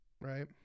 right